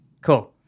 cool